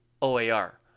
OAR